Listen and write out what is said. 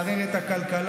לערער את הכלכלה,